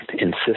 insist